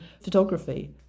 photography